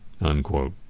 unquote